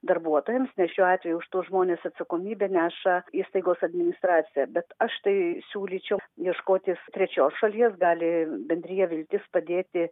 darbuotojams nes šiuo atveju už tuos žmones atsakomybę neša įstaigos administracija bet aš tai siūlyčiau ieškotis trečios šalies gali bendrija viltis padėti